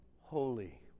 holy